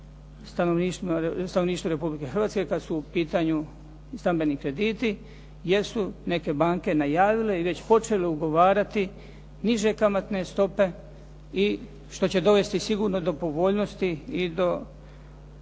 stanovništvu Republike Hrvatske kada su u pitanju i stambeni krediti, jer su neke banke najavile i već počele ugovarati niže kamatne stope i što će dovesti sigurno do povoljnosti i do